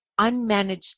unmanaged